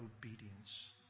obedience